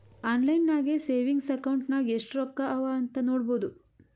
online ನಾಗೆ savings account ನಾಗ್ ಎಸ್ಟ್ ರೊಕ್ಕಾ ಅವಾ ಅಂತ್ ನೋಡ್ಬೋದು